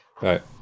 Right